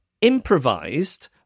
improvised